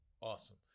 Awesome